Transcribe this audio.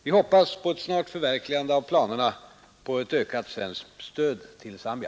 Vi hoppas på ett snart förverkligande av planerna på ett ökat svenskt stöd till Zambia.